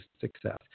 success